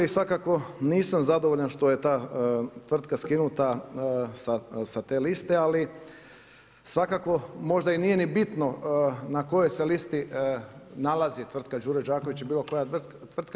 Svakako nisam zadovoljan što je ta tvrtka skinuta sa te liste, ali svakako možda nije ni bitno na kojoj se listi nalazi tvrtka Đuro Đaković i bilo koja tvrtka.